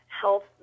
health